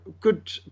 good